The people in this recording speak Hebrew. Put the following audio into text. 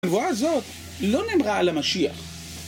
הנבואה הזאת לא נאמרה על המשיח